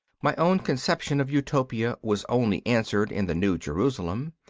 my own conception of utopia was only answered in the new jerusalem,